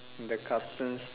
the cartoons